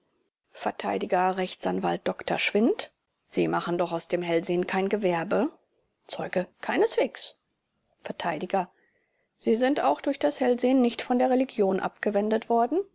r a dr schwindt sie machen doch aus dem hellsehen kein gewerbe zeuge keineswegs vert sie sind auch durch das hellsehen nicht von der religion abgewendet worden